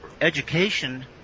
education